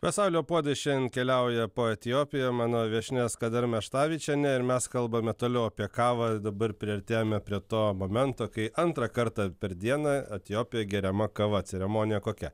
pasaulio puodai šiandien keliauja po etiopiją mano viešnia eskader maštavičienė ir mes kalbame toliau apie kavą dabar priartėjome prie to momento kai antrą kartą per dieną etiopijoje geriama kava ceremonija kokia